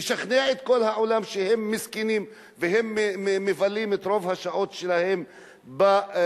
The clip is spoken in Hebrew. לשכנע את כל העולם שהם מסכנים והם מבלים את רוב השעות שלהם במקלטים.